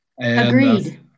Agreed